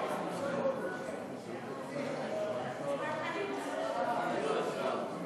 בתי-הסוהר (מס' 51), התשע"ו 2016, נתקבל.